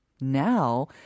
now